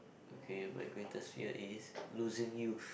okay my greatest fear is losing you